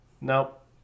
Nope